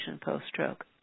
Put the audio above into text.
post-stroke